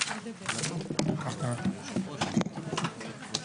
הישיבה ננעלה בשעה 15:20.